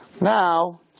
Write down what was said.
now